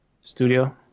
studio